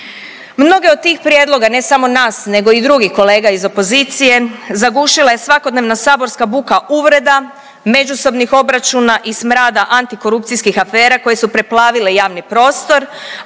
Mnoge od tih prijedloga ne samo nas nego i drugih kolega iz opozicije zagušila je svakodnevna saborska buka uvreda, međusobnih obračuna i smrada antikorupcijskih afera koje su preplavile javni prostor,